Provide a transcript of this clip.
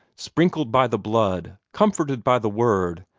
sprinkled by the blood, comforted by the word,